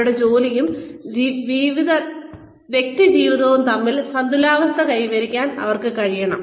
അവരുടെ ജോലിയും വ്യക്തിജീവിതവും തമ്മിൽ സന്തുലിതാവസ്ഥ കൈവരിക്കാൻ അവർക്ക് കഴിയണം